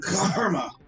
Karma